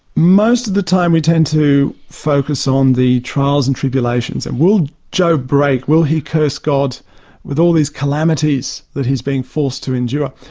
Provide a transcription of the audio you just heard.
most of the time we tend to focus on the trials and tribulations and will job break? will he curse god with all his calamities that he's being forced to endure?